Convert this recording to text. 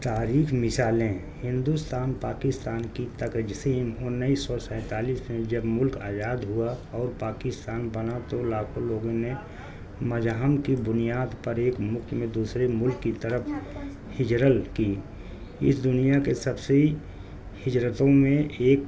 تاریخ مثالیں ہندوستان پاکستان کی تقسیم انیس سو سینتالیس میں جب ملک آزاد ہوا اور پاکستان بنا تو لاکھوں لوگوں نے مذہب کی بنیاد پر ایک ملک میں دوسرے ملک کی طرف ہجرت کی اس دنیا کے سب سی ہجرتوں میں ایک